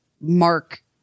Mark